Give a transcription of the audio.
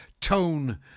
tone